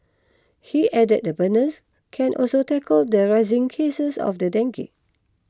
he added the burners can also tackle the rising cases of the dengue